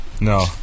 No